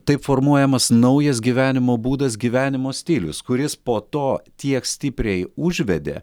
taip formuojamas naujas gyvenimo būdas gyvenimo stilius kuris po to tiek stipriai užvedė